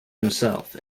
himself